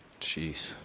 Jeez